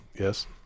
Yes